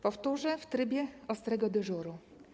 Powtórzę: w trybie ostrego dyżuru.